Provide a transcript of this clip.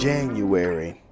January